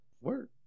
work